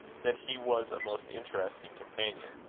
that he was a most interesting companion.